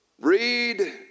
Read